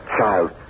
child